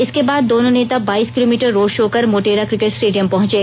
इसके बाद दोनों नेता बाइस किलोमीटर रोड शो कर मोटेरा क्रिकेट स्टेडियम पहुंचे